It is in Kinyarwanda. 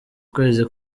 kwezi